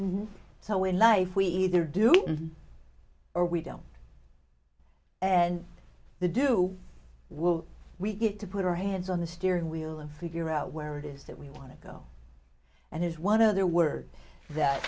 trying so in life we either do it or we don't and the do will we get to put our hands on the steering wheel and figure out where it is that we want to go and his one other word that